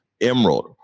Emerald